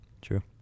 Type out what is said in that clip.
True